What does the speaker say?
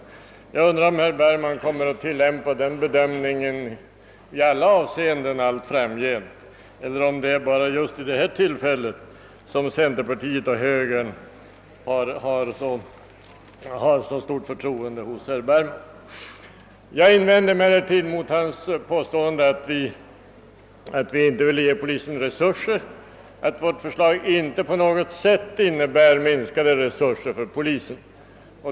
Jag undrar om herr Bergman kommer att tillämpa denna bedömning i alla avseenden allt framgent eller om det bara är vid just detta tillfälle som centerpartiet och högern har så stort förtroende hos herr Bergman. Mot herr Bergmans påstående att vi inte vill ge polisen resurser invände jag emellertid att vårt förslag inte på något sätt innebär minskade resurser för polisen.